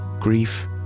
grief